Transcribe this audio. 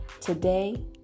Today